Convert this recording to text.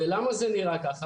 ולמה זה נראה ככה?